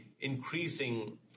increasing